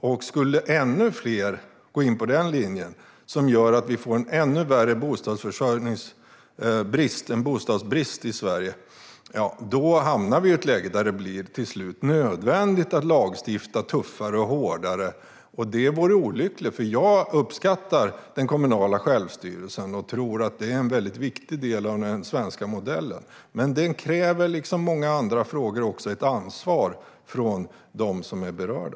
Om ännu fler skulle gå in på den linjen, som gör att vi får en ännu värre bostadsbrist i Sverige, hamnar vi i ett läge där det till slut blir nödvändigt att lagstifta tuffare och hårdare. Det vore olyckligt, för jag uppskattar den kommunala självstyrelsen och tror att den är en viktig del av den svenska modellen. Men liksom många andra frågor kräver den ett ansvar från dem som är berörda.